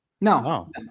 No